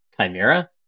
Chimera